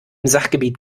sachgebiet